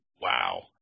wow